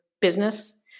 business